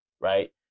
right